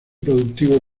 productivo